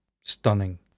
stunning